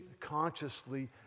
consciously